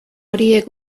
horiek